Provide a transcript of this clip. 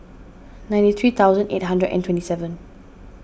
ninety three thousand eight hundred and twenty seven